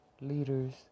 leaders